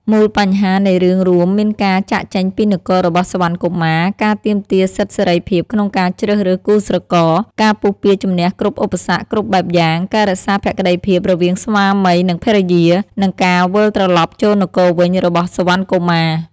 មូលបញ្ហានៃរឿងរួមមានការចាកចេញពីនគររបស់សុវណ្ណកុមារ ការទាមទារសិទ្ធិសេរីភាពក្នុងការជ្រើសរើសគូស្រករ ការពុះពារជំនះគ្រប់ឧបសគ្គគ្រប់បែបយ៉ាង ការរក្សាភក្តីភាពរវាងស្វាមី និងភរិយា និងការវិលត្រឡប់ចូលនគរវិញរបស់សុវណ្ណកុមារ។